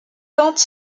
tente